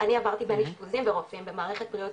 אני עברתי גם אשפוזים ורופאים במערכת בריאות